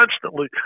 constantly